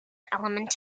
element